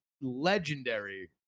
legendary